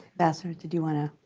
ambassador, did you want to.